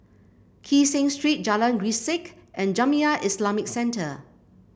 Kee Seng Street Jalan Grisek and Jamiyah Islamic Centre